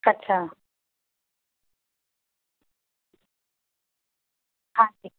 ਅੱਛਾ ਹਾਂਜੀ